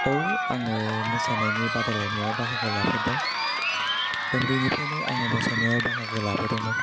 औ आङो मोसानायनि बादायलायनायाव बाहागो लाफेरबाय उन्दैनिफ्रायनो आङो मोसानायाव बाहागो लाबोदोंमोन